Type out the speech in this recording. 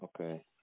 Okay